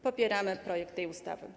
Popieramy projekt tej ustawy.